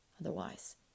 Otherwise